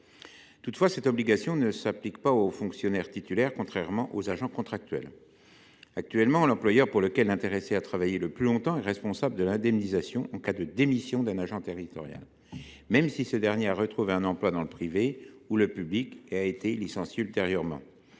Toutefois, cette obligation ne s’applique pas aux fonctionnaires titulaires, contrairement aux agents contractuels. Actuellement, l’employeur pour lequel l’intéressé a travaillé le plus longtemps est responsable de l’indemnisation en cas de démission d’un agent territorial, même si ce dernier a retrouvé un emploi dans le privé ou le public et a été licencié ultérieurement.